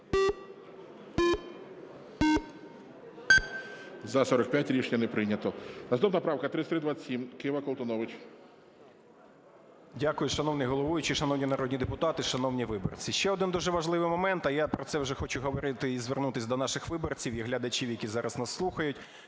За-45 Рішення не прийнято. Наступна правка 3327, Кива, Колтунович. 17:25:12 КОЛТУНОВИЧ О.С. Дякую, шановний головуючий. Шановні народні депутати, шановні виборці, ще один дуже важливий момент, а я про це вже хочу говорити і звернутись до наших виборців і глядачів, які зараз нас слухають,